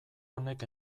honek